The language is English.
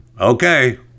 Okay